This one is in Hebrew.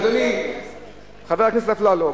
אדוני חבר הכנסת אפללו,